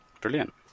Brilliant